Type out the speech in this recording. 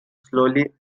slowly